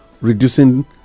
reducing